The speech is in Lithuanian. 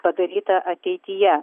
padaryta ateityje